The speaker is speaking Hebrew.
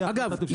אגב,